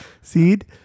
Seed